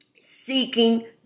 seeking